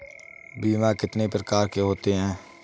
बीमा कितनी प्रकार के होते हैं?